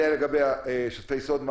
זה לגבי שותפי הסוד.